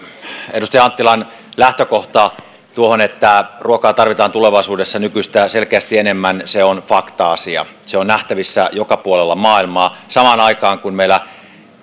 edustaja anttilan lähtökohta tuohon että ruokaa tarvitaan tulevaisuudessa nykyistä selkeästi enemmän on fakta asia se on nähtävissä joka puolella maailmaa samaan aikaan kun meillä